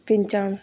पंचानवे